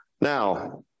now